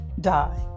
die